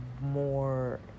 more